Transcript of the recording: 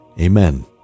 Amen